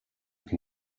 can